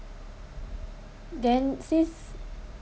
then since